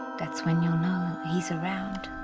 that's when you know he's around,